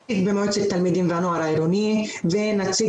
נציג במועצת התלמידים והנוער העירונית ונציג